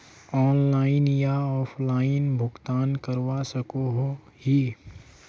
Loan online या offline भुगतान करवा सकोहो ही?